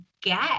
get